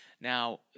Now